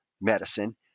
medicine